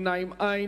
נמנעים, אין.